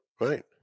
Right